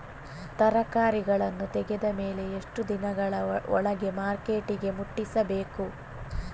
ತರಕಾರಿಗಳನ್ನು ತೆಗೆದ ಮೇಲೆ ಎಷ್ಟು ದಿನಗಳ ಒಳಗೆ ಮಾರ್ಕೆಟಿಗೆ ಮುಟ್ಟಿಸಬೇಕು?